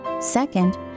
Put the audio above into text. Second